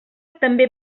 també